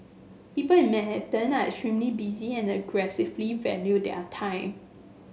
people in Manhattan are extremely busy and aggressively value their time